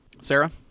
Sarah